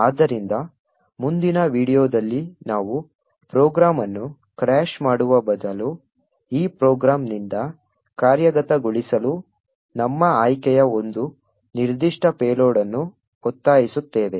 ಆದ್ದರಿಂದ ಮುಂದಿನ ವೀಡಿಯೊದಲ್ಲಿ ನಾವು ಪ್ರೋಗ್ರಾಂ ಅನ್ನು ಕ್ರ್ಯಾಶ್ ಮಾಡುವ ಬದಲು ಈ ಪ್ರೋಗ್ರಾಂನಿಂದ ಕಾರ್ಯಗತಗೊಳಿಸಲು ನಮ್ಮ ಆಯ್ಕೆಯ ಒಂದು ನಿರ್ದಿಷ್ಟ ಪೇಲೋಡ್ ಅನ್ನು ಒತ್ತಾಯಿಸುತ್ತೇವೆ